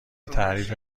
تعریف